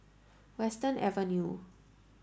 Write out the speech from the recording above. Western Avenue